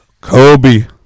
Kobe